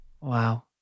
Wow